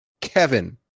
Kevin